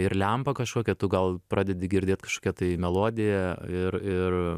ir lempą kažkokią tu gal pradedi girdėt kažkokią tai melodiją ir ir